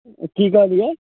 की कहलियै